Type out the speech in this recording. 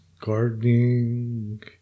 Gardening